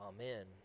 Amen